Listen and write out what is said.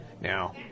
Now